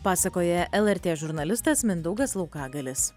pasakoja lrt žurnalistas mindaugas laukagalis